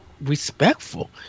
Respectful